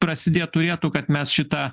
prasidėt turėtų kad mes šitą